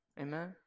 Amen